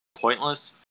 pointless